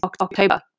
October